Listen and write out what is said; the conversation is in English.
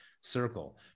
circle